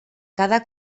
cada